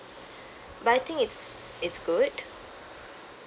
but I think it's it's good